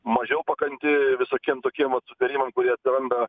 mažiau pakanti visokiem tokiem vat sutvėrimam kurie atsiranda